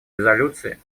резолюции